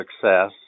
success